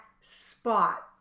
spot